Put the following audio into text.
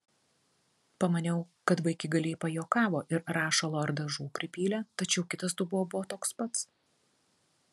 pamaniau kad vaikigaliai pajuokavo ir rašalo ar dažų pripylė tačiau kitas dubuo buvo toks pats